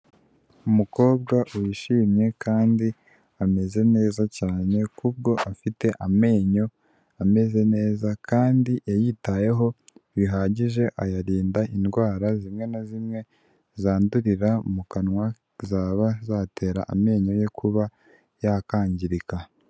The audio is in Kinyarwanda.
Umukobwa wishimye kandi ameze neza cyane k'ubwo afite amenyo ameze neza kandi yayitayeho bihagije ayarinda indwara zimwe na zimwe zandurira mu kanwa zaba zatera amenyo ye kuba yakangirika.